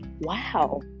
wow